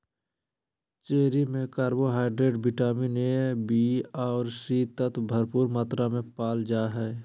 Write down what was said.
cherry में carbohydrate, vitamin A, B आर C तत्व भरपूर मात्रा में पायल जा हइ